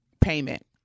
payment